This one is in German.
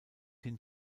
hin